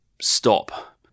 stop